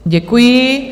Děkuji.